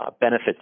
benefits